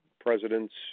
presidents